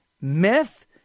meth